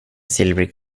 silvrig